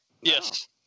Yes